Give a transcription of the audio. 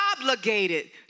obligated